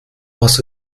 was